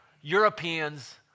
Europeans